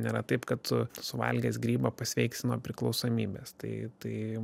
nėra taip kad tu suvalgęs grybą pasveiksi nuo priklausomybės tai tai